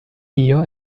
dio